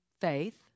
faith